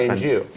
ah you.